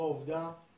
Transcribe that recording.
בהתאם להוראות סעיף